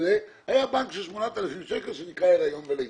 היה בנק של 8,000 שקלים שנקרא הריון ולידה.